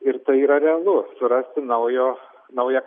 ir tai yra realu surasti naujo naują